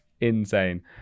insane